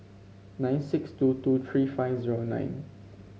nine six two two three five zero nine